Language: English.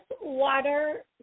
water